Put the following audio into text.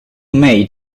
may